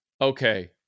okay